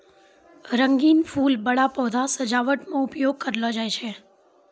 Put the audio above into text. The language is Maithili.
रंगीन फूल बड़ा पौधा सजावट मे उपयोग करलो जाय छै